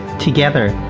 together,